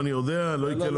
אני אמרתי את